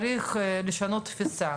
צריך לשנות תפיסה,